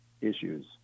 issues